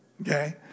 Okay